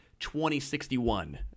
2061